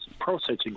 processing